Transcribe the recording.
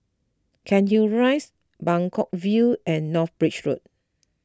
Cairnhill Rise Buangkok View and North Bridge Road